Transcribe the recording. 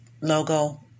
logo